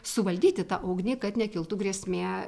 suvaldyti tą ugnį kad nekiltų grėsmė